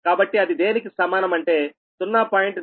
కాబట్టి అది దేనికి సమానం అంటే 0